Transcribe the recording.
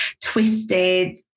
twisted